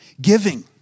Giving